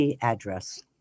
address